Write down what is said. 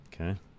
Okay